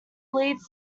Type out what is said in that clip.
leads